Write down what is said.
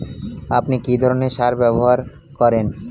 আপনি কী ধরনের সার ব্যবহার করেন?